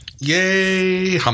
Yay